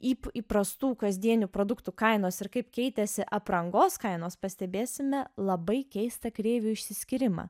įp įprastų kasdienių produktų kainos ir kaip keitėsi aprangos kainos pastebėsime labai keistą kreivių išsiskyrimą